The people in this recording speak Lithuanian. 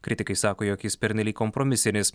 kritikai sako jog jis pernelyg kompromisinis